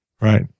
right